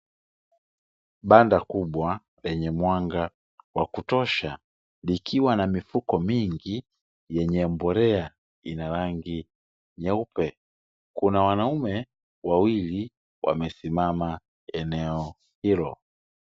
Banda kubwa lenye mwanga wa kutosha, likiwa na mifuko mingi yenye mbolea ina rangi nyeupe, kuna wanaume wawili wamesimama eneo hilo.